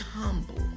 Humble